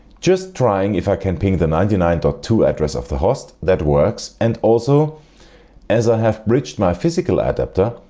just trying if i can ping the ninety nine point two address of the host that works. and also as i have bridged my physical adapter,